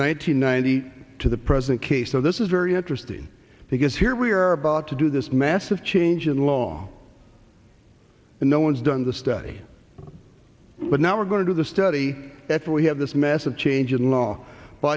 hundred ninety to the present case so this is very interesting because here we are about to do this massive change in law and no one's done the stay but now we're going to do the study that's why we have this massive change in law but